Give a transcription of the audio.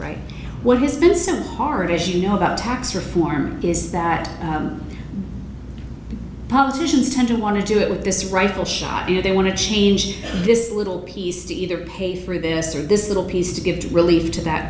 right what business isn't hard as you know about tax reform is that politicians tend to want to do it with this rifle shot and they want to change this little piece to either pay for this or this little piece to give relief to that